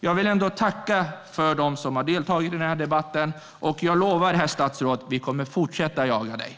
Jag vill tacka dem som har deltagit i den här debatten, och jag lovar herr statsrådet att vi kommer att fortsätta jaga honom.